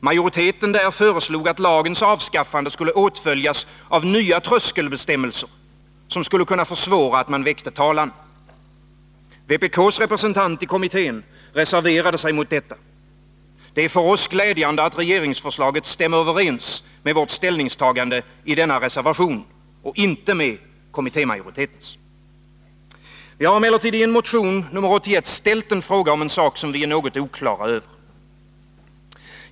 Majoriteten föreslog att lagens avskaffande skulle åtföljas av nya tröskelbestämmelser, som skulle kunna försvåra att man väckte talan. Vpk:s representant i kommittén reserverade sig mot detta. Det är för oss glädjande, att regeringsförslaget stämmer överens med vårt ställningstagande i denna reservation och inte med kommittémajoritetens. Vi har emellertid i en motion, nr 81, ställt en fråga om en sak som vi är något oklara över.